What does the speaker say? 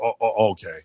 okay